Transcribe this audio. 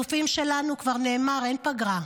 כבר נאמר: לחטופים שלנו אין פגרה.